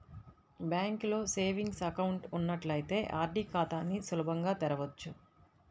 బ్యాంకులో savings account ఉన్నట్లయితే RD ఖాతాని సులభంగా తెరవచ్చు